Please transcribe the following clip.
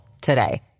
today